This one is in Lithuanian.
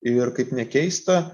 ir kaip nekeista